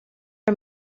are